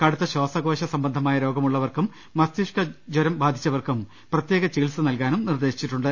കടുത്ത ശ്വാസകോശ സംബന്ധമായ രോഗമുള്ളവർക്കും മസ്തിഷ്ക ജൂരം ബാധിച്ചവർക്കും പ്രത്യേക ചികിത്സ നൽകാനും നിർദ്ദേശിച്ചിട്ടുണ്ട്